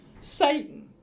Satan